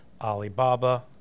Alibaba